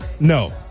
No